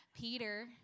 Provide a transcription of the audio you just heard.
Peter